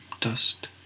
dust